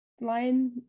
line